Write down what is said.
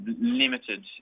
limited